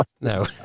No